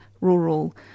rural